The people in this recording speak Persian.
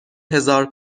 هزار